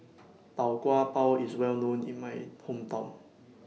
Tau Kwa Pau IS Well known in My Hometown